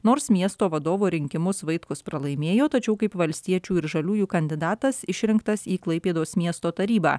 nors miesto vadovo rinkimus vaitkus pralaimėjo tačiau kaip valstiečių ir žaliųjų kandidatas išrinktas į klaipėdos miesto tarybą